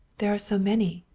there are so many!